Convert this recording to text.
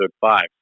five